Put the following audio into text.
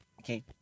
Okay